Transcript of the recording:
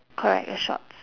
correct a shorts